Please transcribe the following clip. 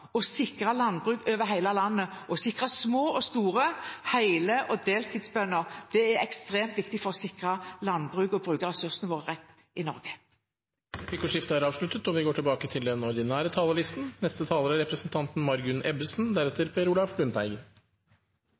å sikre landbruket over hele landet, av å sikre små og store, heltids- og deltidsbønder. Det er ekstremt viktig for å sikre landbruket og bruke ressursene våre i Norge. Replikkordskiftet er omme. Jeg ønsker å starte med å takke og